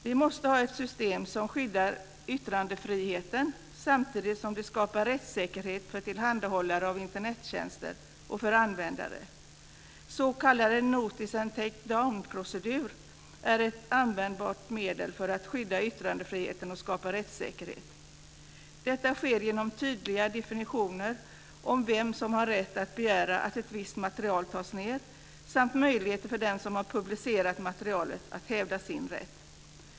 Vi måste ha ett system som skyddar yttrandefriheten samtidigt som det skapar rättssäkerhet för tillhandahållare av Internettjänster och för användare. S.k. notice-and-take-down-procedurer är ett användbart medel för att skydda yttrandefriheten och skapa rättssäkerhet. Detta sker genom tydliga definitioner av vem som har rätt att begära att ett visst material tas ned samt möjligheter för den som publicerat materialet att hävda sin rätt.